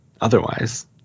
otherwise